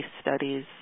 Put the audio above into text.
studies